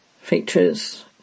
features